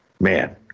Man